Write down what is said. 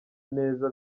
neza